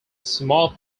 small